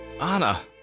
Anna